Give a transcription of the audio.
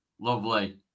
lovely